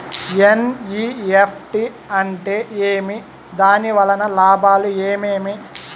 NEFT అంటే ఏమి? దాని వలన లాభాలు ఏమేమి